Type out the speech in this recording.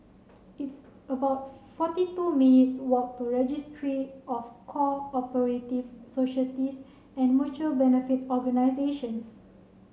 it's about forty two minutes' walk to Registry of Co operative Societies and Mutual Benefit Organisations